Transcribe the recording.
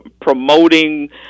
promoting